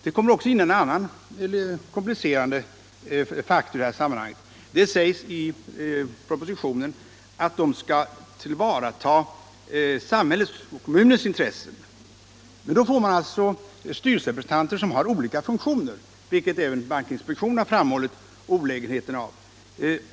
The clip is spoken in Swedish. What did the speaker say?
Det kommer också in en annan komplicerande faktor i detta sammanhang. Det sägs i propositionen att de kommunala representanterna skall tillvarata samhällets intressen. Då får man alltså styrelserepresentanter med olika funktioner, vilket också bankinspektionen har framhållit olägenheten av.